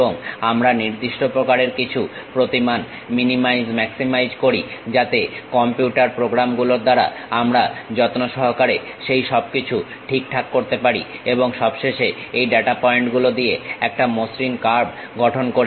এবং আমরা নির্দিষ্ট প্রকারের কিছু প্রতিমান মিনিমাইজ ম্যাক্সিমাইজ করি যাতে কম্পিউটার প্রোগ্রাম গুলোর দ্বারা আমরা যত্ন সহকারে সেই সবকিছু ঠিকঠাক করতে পারি এবং সবশেষে এই ডাটা পয়েন্ট গুলো দিয়ে এটা একটা মসৃণ কার্ভ গঠন করে